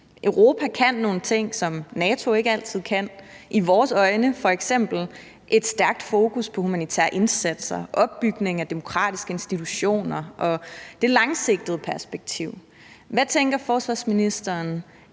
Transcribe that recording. Europa kan nogle ting, som NATO ikke altid kan, i vores øjne f.eks. et stærkt fokus på humanitære indsatser, opbygning af demokratiske institutioner og det langsigtede perspektiv. Hvad tænker forsvarsministeren